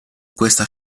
questa